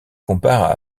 compare